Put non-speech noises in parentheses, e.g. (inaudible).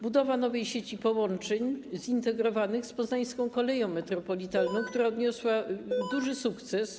Budowa nowej sieci połączeń zintegrowanych z Poznańską Koleją Metropolitalną, (noise) która odniosła duży sukces.